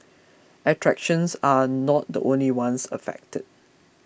attractions are not the only ones affected